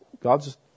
God's